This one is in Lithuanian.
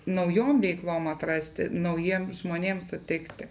naujom veiklom atrasti naujiems žmonėms suteikti